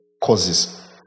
causes